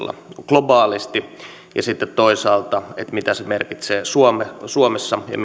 globaalisti ja sitten toisaalta mitä se merkitsee suomessa ja